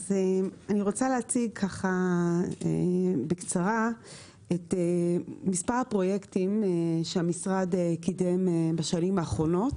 אז אני רוצה להציג ככה בקצרה מספר פרויקטים שהמשרד קידם בשנים האחרונות